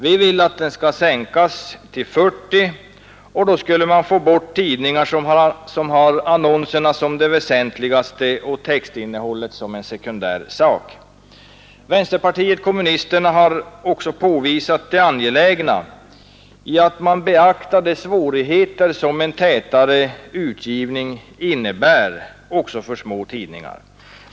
Vi vill att den skall sänkas till 40; då skulle man få bort tidningar som har annonserna som det viktigaste och textinnehållet som en sekundär sak. Vänsterpartiet kommunisterna har också påvisat det angelägna i att man beaktar de svårigheter som en tätare utgivning innebär också för små tidningar.